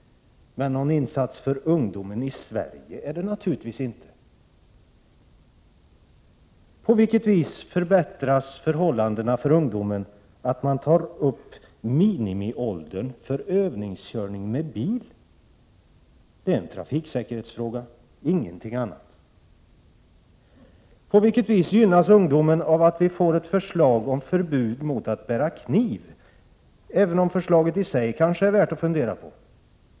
Men någon insats för ungdomen i Sverige innebär det naturligtvis inte. På vilket vis förbättras förhållandena för ungdomen genom att man höjer minimiåldern för övningskörning med bil? Det är en trafiksäkerhetsfråga och ingenting annat. På vilket vis gynnas ungdomen av att det läggs fram ett förslag om förbud mot att bära kniv, även om förslaget i sig kanske är värt att fundera över?